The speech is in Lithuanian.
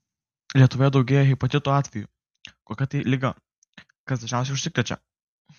lietuvoje daugėja hepatito atvejų kokia tai liga kas dažniausiai užsikrečia